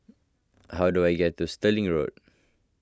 how do I get to Stirling Road